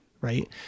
right